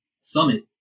summit